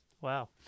Wow